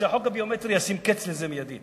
והחוק הביומטרי ישים קץ לזה מייד,